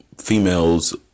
females